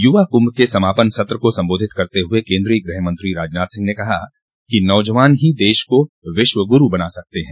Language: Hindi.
युवा कुम्भ के समापन सत्र को सम्बोधित करते हुए केन्द्रीय गृह मंत्री राजनाथ सिंह ने कहा कि नौजवान ही देश को विश्व गुरू बना सकते ह